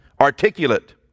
articulate